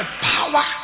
power